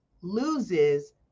loses